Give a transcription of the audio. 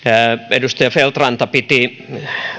edustaja feldt ranta piti